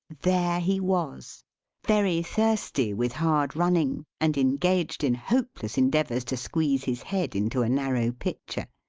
there he was very thirsty with hard running, and engaged in hopeless endeavours to squeeze his head into a narrow pitcher.